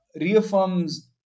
reaffirms